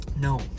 No